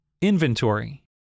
Inventory